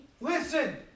Listen